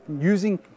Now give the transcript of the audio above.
using